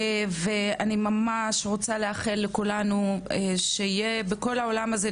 אני ממש רוצה לאחל לכולנו שיהיה בכל העולם הזה,